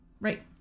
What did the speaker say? Right